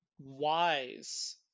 wise